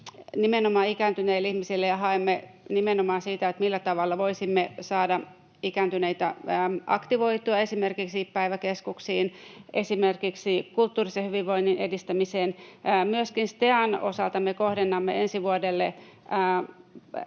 nimenomaan ikääntyneille ihmisille, ja haemme nimenomaan sitä, millä tavalla voisimme saada ikääntyneitä aktivoitua esimerkiksi päiväkeskuksiin ja kulttuurisen hyvinvoinnin edistämiseen. Myöskin STEAn osalta me kohdennamme ensi vuodelle